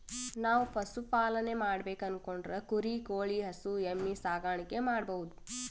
ನಾವ್ ಪಶುಪಾಲನೆ ಮಾಡ್ಬೇಕು ಅನ್ಕೊಂಡ್ರ ಕುರಿ ಕೋಳಿ ಹಸು ಎಮ್ಮಿ ಸಾಕಾಣಿಕೆ ಮಾಡಬಹುದ್